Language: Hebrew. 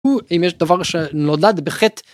הוא אם יש דבר שנולד בחטא.